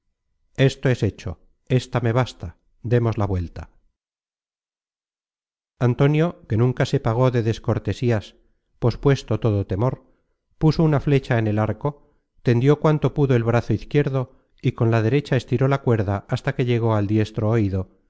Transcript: esto es hecho ésta me basta demos la vuelta antonio que nunca se pagó de descortesías pospuesto todo temor puso una flecha en el arco tendió cuanto pudo el brazo izquierdo y con la derecha estiró la cuerda hasta que llegó al diestro oido